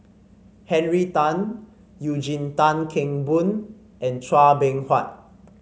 Henry Tan Eugene Tan Kheng Boon and Chua Beng Huat